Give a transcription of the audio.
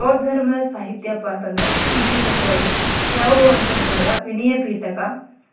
ಬೌದ್ಧ ಧರ್ಮದ ಸಾಹಿತ್ಯಪ್ಪ ಅಂತಂದ್ರೆ ತ್ರಿಪಿಟಕಗಳು ಯಾವುವು ಅಂತಂದ್ರೆ ವಿನಯ ಪಿಟಕ